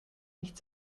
nicht